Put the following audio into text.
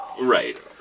Right